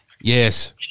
Yes